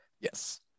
Yes